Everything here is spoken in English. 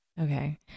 Okay